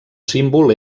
símbol